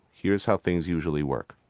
here's how things usually work.